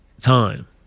time